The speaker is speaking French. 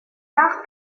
tard